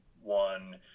one